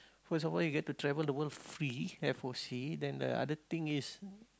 first of all you get to travel the world free f_o_c then the other thing is